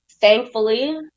thankfully